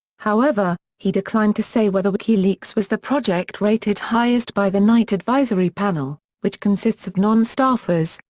however, he declined to say whether wikileaks was the project rated highest by the knight advisory panel, which consists of non-staffers,